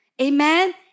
Amen